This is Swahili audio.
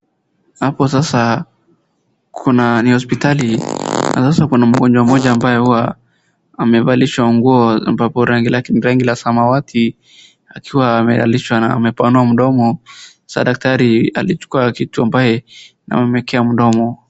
Hapo sasa ni hospitali na sasa kuna mgonjwa mmoja ambaye huwa amevalishwa nguo ya rangi samawati akiwa amevalishwa na amepanua mdomo, sa daktari alichukua kitu ambaye anamwekea mdomo.